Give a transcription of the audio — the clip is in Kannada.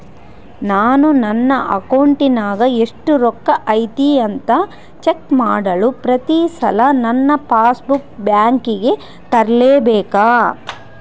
ನಾನು ನನ್ನ ಅಕೌಂಟಿನಾಗ ಎಷ್ಟು ರೊಕ್ಕ ಐತಿ ಅಂತಾ ಚೆಕ್ ಮಾಡಲು ಪ್ರತಿ ಸಲ ನನ್ನ ಪಾಸ್ ಬುಕ್ ಬ್ಯಾಂಕಿಗೆ ತರಲೆಬೇಕಾ?